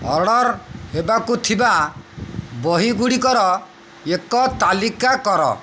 order ହେବାକୁ ଥିବା ବହି ଗୁଡ଼ିକର ଏକ ତାଲିକା କର